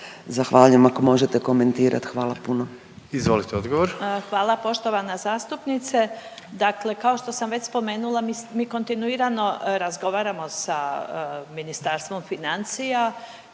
(HDZ)** Izvolite odgovor. **Pletikosa, Marija** Hvala poštovana zastupnice. Dakle, kao što sam već spomenula mi kontinuirano razgovaramo sa Ministarstvom financija